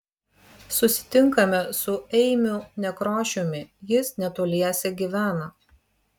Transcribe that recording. susitinkame su eimiu nekrošiumi jis netoliese gyvena